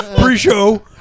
pre-show